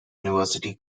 university